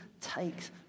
takes